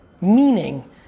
Meaning